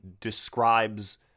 describes